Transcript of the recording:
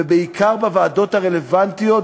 ובעיקר בוועדות הרלוונטיות,